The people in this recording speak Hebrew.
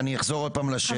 לא,